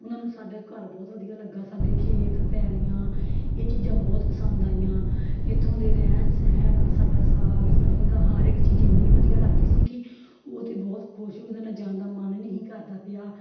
ਉਹਨਾਂ ਨੂੰ ਸਾਡੇ ਘਰ ਬਹੁਤ ਵਧੀਆ ਲੱਗਾ ਸਾਡੇ ਖੇਤ ਪੈਲੀਆਂ ਇਹ ਚੀਜ਼ਾਂ ਬਹੁਤ ਪਸੰਦ ਆਈਆਂ ਇੱਥੋਂ ਦੇ ਰਹਿਣ ਸਹਿਣ ਸਾਡਾ ਸਾਗ ਸਰ੍ਹੋਂ ਦਾ ਹਰ ਇੱਕ ਚੀਜ਼ ਇੰਨੀ ਵਧੀਆ ਲੱਗਦੀ ਸੀ ਕਿ ਉਹ ਤਾਂ ਬਹੁਤ ਖੁਸ਼ ਹੋ ਗਏ ਉਹਨਾਂ ਦਾ ਜਾਣ ਦਾ ਮਨ ਨਹੀਂ ਸੀ ਕਰਦਾ ਪਿਆ